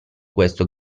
questo